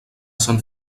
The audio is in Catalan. sant